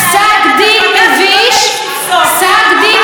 אני רוצה לשמוע מה היה קורה אם חס